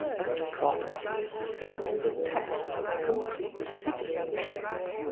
and property is still the test of complete citizenship.